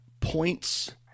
points